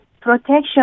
protection